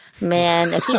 Man